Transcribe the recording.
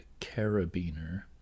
carabiner